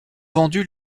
vendu